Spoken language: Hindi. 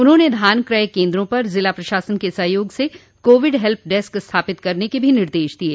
उन्होंने धान क्रय केन्द्रों पर जिला प्रशासन के सहयोग से कोविड हेल्प डेस्क स्थापित करने के भी निर्देश दिये